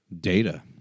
Data